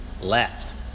left